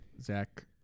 Zach